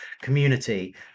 community